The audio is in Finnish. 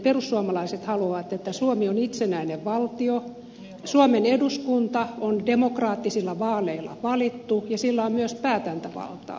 perussuomalaiset haluavat että suomi on itsenäinen valtio suomen eduskunta on demokraattisilla vaaleilla valittu ja sillä on myös päätäntävaltaa